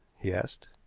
he asked.